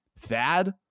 Thad